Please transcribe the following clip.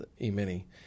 E-mini